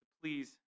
please